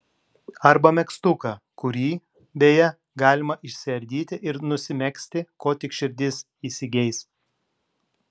arba megztuką kurį beje galima išsiardyti ir nusimegzti ko tik širdis įsigeis